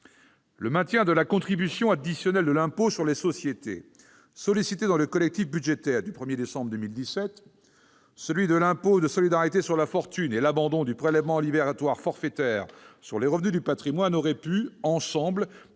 Le maintien de la contribution additionnelle de l'impôt sur les sociétés, sollicitée dans le collectif budgétaire du 1 décembre 2017, celui de l'impôt de solidarité sur la fortune et l'abandon du prélèvement libératoire forfaitaire sur les revenus du patrimoine auraient pu, ensemble,